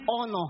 honor